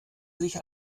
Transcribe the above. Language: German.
sich